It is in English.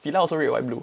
Fila also red white blue